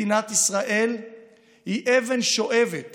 מדינת ישראל היא אבן שואבת